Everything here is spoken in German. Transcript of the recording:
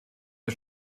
der